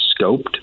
scoped